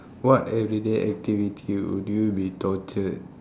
what everyday activity would you be tortured